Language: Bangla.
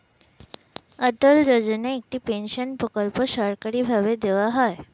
অটল যোজনা একটি পেনশন প্রকল্প সরকারি ভাবে দেওয়া হয়